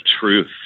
truth